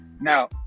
Now